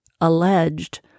alleged